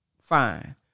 Fine